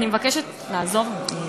אני מבקשת, תעזור לי.